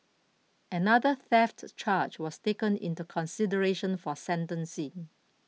another theft charge was taken into consideration for sentencing